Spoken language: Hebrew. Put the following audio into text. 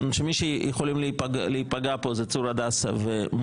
זאת אומרת שמי שיכולים להיפגע פה זה צור הדסה ומודיעין.